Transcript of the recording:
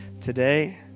today